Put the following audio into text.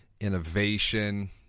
innovation